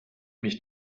mich